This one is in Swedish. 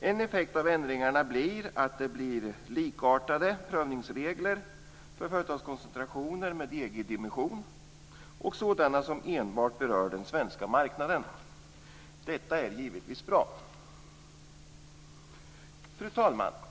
En effekt av ändringarna är att det blir likartade prövningsregler för företagskoncentrationer med EG-dimension och sådana som enbart berör den svenska marknaden. Detta är givetvis bra. Fru talman!